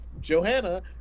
Johanna